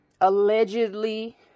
allegedly